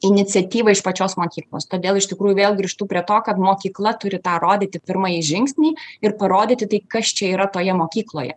iniciatyva iš pačios mokyklos todėl iš tikrųjų vėl grįžtų prie to kad mokykla turi tą rodyti pirmąjį žingsnį ir parodyti tai kas čia yra toje mokykloje